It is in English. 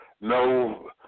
no